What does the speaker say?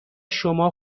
شما